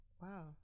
Wow